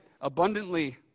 abundantly